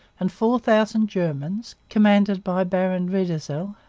and four thousand germans, commanded by baron riedesel,